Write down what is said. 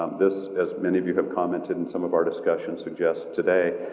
um this as many of you have commented and some of our discussion suggests today,